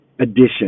Edition